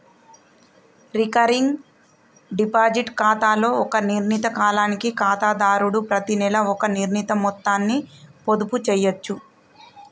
recurring deposit ఖాతాలో ఒక నిర్ణీత కాలానికి ఖాతాదారుడు ప్రతినెలా ఒక నిర్ణీత మొత్తాన్ని పొదుపు చేయచ్చు